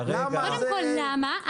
קודם כל למה.